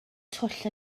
twll